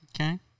Okay